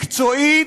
מקצועית,